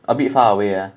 a bit far away